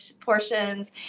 portions